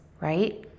right